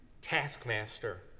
taskmaster